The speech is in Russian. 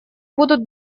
будут